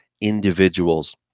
individuals